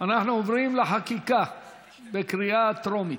אנחנו עוברים לחקיקה בקריאה טרומית.